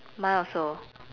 mine also